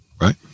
right